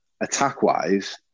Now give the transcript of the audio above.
attack-wise